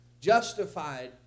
Justified